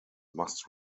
must